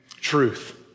truth